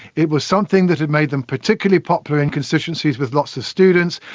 it was something that had made them particularly popular in constituencies with lots of students,